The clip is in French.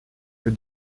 que